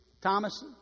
Thomas